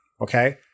okay